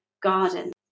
garden